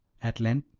at length,